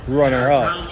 runner-up